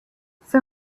for